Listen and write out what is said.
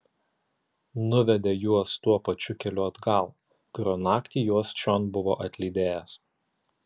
nuvedė juos tuo pačiu keliu atgal kuriuo naktį juos čion buvo atlydėjęs